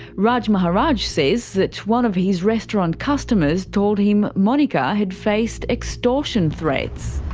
raj maharaj says that one of his restaurant costumers told him monika had faced extortion threats.